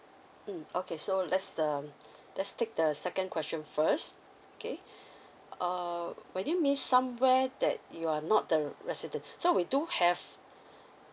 mm okay so lets um let's take the second question first okay err were you mean somewhere that you are not the residence so we do have